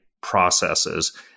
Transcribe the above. processes